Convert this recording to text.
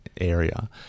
area